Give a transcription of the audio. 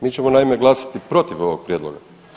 Mi ćemo naime glasati protiv ovog prijedloga.